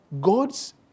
God's